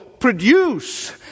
produce